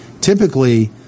typically